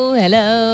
hello